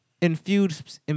infused